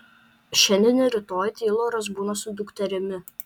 šiandien ir rytoj teiloras būna su dukterimi